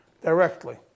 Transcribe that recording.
directly